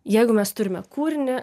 jeigu mes turime kūrinį